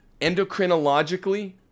endocrinologically